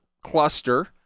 cluster